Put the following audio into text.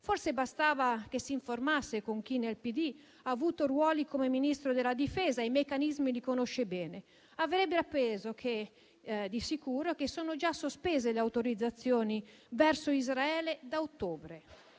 forse bastava che si informasse con chi nel PD ha avuto ruoli come quello di Ministro della difesa e i meccanismi li conosce bene e avrebbe appreso di sicuro che sono già sospese le autorizzazioni verso Israele da ottobre.